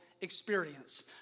Experience